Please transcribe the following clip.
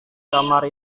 kamar